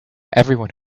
everyone